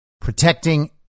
protecting